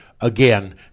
again